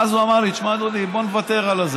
ואז הוא אמר לי: תשמע, דודי, בוא נוותר על זה.